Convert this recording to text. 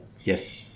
Yes